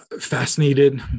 Fascinated